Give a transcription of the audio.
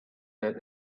that